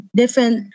different